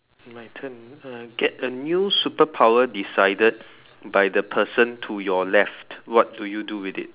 my turn uh get a new superpower decided by the person to your left what do you do with it